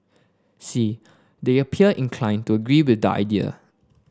see they appear inclined to agree with the idea